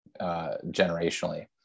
generationally